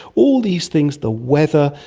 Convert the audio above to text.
all these things, the weather,